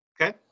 Okay